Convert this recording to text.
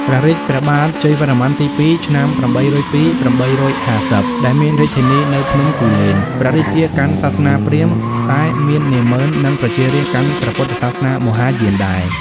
ក្នុងរាជ្យព្រះបាទជ័យវរ្ម័នទី ២ (ឆ្នាំ ៨០២-៨៥០) ដែលមានរាជធានីនៅភ្នំគូលែន ព្រះរាជាកាន់សាសនាព្រាហ្មណ៍ តែមាននាម៉ឺន និងប្រជារាស្រ្តកាន់ព្រះពុទ្ធសាសនាមហាយានដែរ ។